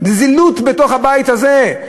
זילות בתוך הבית הזה.